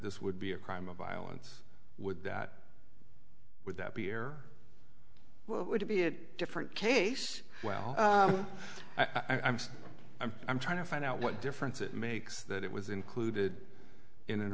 this would be a crime of violence would that would that be or what would be it different case well i'm i'm i'm trying to find out what difference it makes that it was included in an